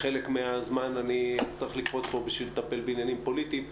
חלק מהזמן אני אצטרך לקפוץ פה בשביל לטפל בעניינים פוליטיים,